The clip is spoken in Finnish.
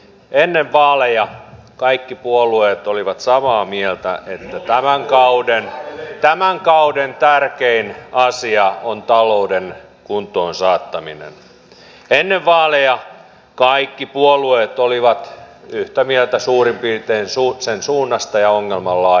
ennen vaaleja kaikki puolueet olivat samaa mieltä että tämän kauden tärkein asia on talouden kuntoon saattaminen ja ennen vaaleja kaikki puolueet olivat suurin piirtein yhtä mieltä sen suunnasta ja ongelman laajuudesta